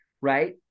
right